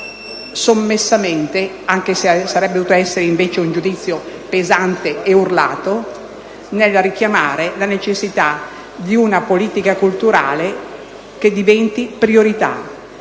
di esprimere (anche se sarebbe dovuto essere invece un giudizio pesante ed urlato) nel richiamare la necessità di una politica culturale che diventi priorità.